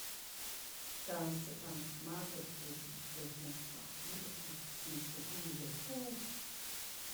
Tan su ɗan makur fuɗu ɗufu kwa mudufu tesu umlu kumu